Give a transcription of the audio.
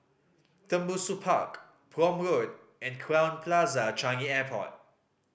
Tembusu Park Prome Road and Crowne Plaza Changi Airport